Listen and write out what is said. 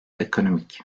ekonomik